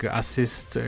assist